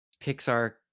Pixar